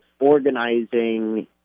organizing